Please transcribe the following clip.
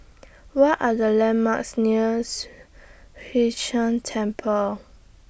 What Are The landmarks nears Hwee Chan Temple